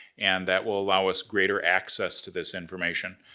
and, that will allow us greater access to this information.